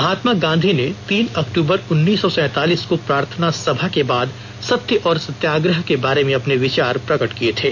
महात्मा गांधी ने तीन अक्टूबर उनीस सौ सैंतालीस को प्रार्थना सभा के बाद सत्य और सत्याग्रह के बारे में अपने विचार प्रगट किए थे